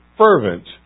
fervent